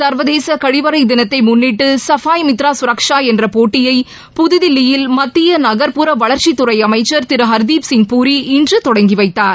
சர்வ தேச கழிவறை தினத்தை முன்னிட்டு சவாய் மித்ரா கரக்ஷா என்ற போட்டியை புதுதில்லியில் மத்திய நகர்புற வளர்ச்சித் துறை அமைச்சர் திரு ஹர்தீப் சிங் பூரி இன்று தொடங்கி வைத்தார்